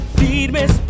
firmes